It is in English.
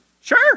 Sure